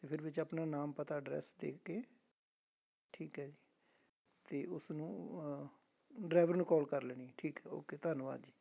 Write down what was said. ਅਤੇ ਫਿਰ ਵਿੱਚ ਆਪਣਾ ਨਾਮ ਪਤਾ ਐਡਰੈਸ ਦੇ ਕੇ ਠੀਕ ਹੈ ਜੀ ਅਤੇ ਉਸ ਨੂੰ ਡਰਾਈਵਰ ਨੂੰ ਕਾਲ ਕਰ ਲੈਣੀ ਠੀਕ ਹੈ ਓਕੇ ਧੰਨਵਾਦ ਜੀ